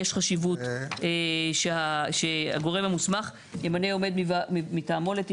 יש חשיבות שהגורם המוסמך ימנה עובד מטעמו לתכנון.